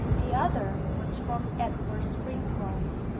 the other was from edward springrove.